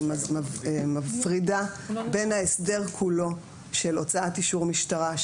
אני מפרידה בין ההסדר כולו של הוצאת אישור משטרה,